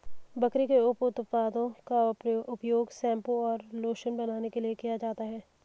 बकरी के उप उत्पादों का उपयोग शैंपू और लोशन बनाने के लिए किया जाता है